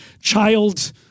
child